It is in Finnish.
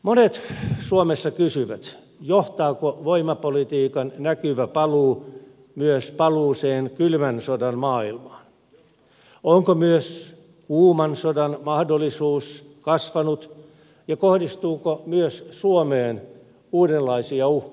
monet suomessa kysyvät johtaako voimapolitiikan näkyvä paluu myös paluuseen kylmän sodan maailmaan onko myös kuuman sodan mahdollisuus kasvanut ja kohdistuuko myös suomeen uudenlaisia uhkia